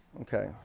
Okay